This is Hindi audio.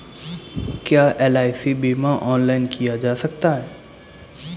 क्या एल.आई.सी बीमा ऑनलाइन किया जा सकता है?